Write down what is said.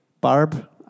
Barb